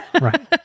right